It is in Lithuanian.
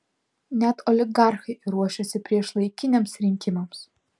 net oligarchai ruošiasi priešlaikiniams rinkimams